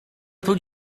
tutaj